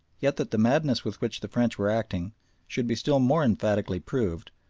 yet that the madness with which the french were acting should be still more emphatically proved,